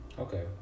okay